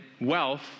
wealth